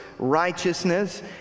righteousness